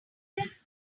method